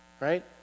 right